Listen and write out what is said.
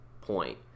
point